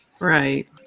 Right